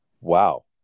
wow